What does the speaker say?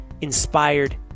inspired